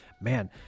man